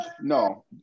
no